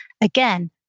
again